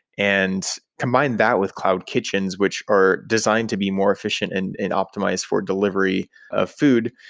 and combined that with cloud kitchens, which are designed to be more efficient and optimized for delivery of food,